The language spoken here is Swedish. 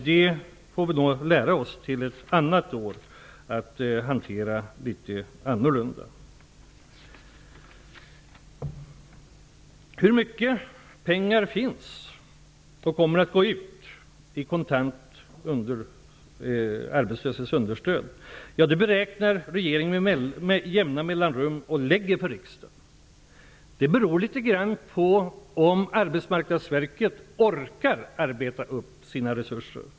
Det får vi lära oss att hantera litet annorlunda till ett annat år. Hur mycket pengar finns det och hur mycket kommer att gå ut i kontant arbetslöshetsunderstöd? Ja, det beräknar regeringen med jämna mellanrum och lägger fram för riksdagen. Avgörande är litet grand om Arbetsmarknadsverket orkar arbeta upp sina resurser.